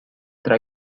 tra